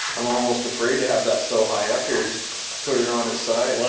i'm almost afraid to have that so high up here. just put it on its side. yeah